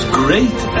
great